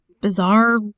bizarre